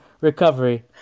recovery